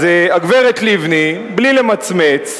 אז הגברת לבני, בלי למצמץ,